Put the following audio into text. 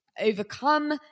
overcome